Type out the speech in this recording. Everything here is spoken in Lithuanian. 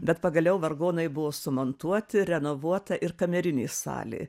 bet pagaliau vargonai buvo sumontuoti renovuota ir kamerinė salė